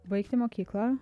baigti mokyklą